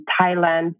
Thailand